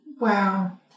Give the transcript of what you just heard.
Wow